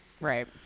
Right